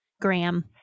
Graham